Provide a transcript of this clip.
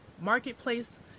marketplace